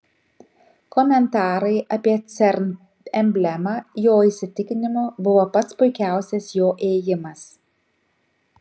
komentarai apie cern emblemą jo įsitikinimu buvo pats puikiausias jo ėjimas